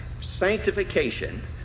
Sanctification